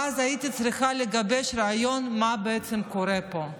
ואז הייתי צריכה לגבש רעיון, מה בעצם קורה פה.